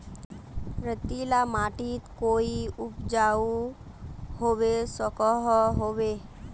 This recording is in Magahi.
रेतीला माटित कोई उपजाऊ होबे सकोहो होबे?